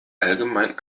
allgemein